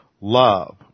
love